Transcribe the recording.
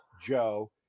Joe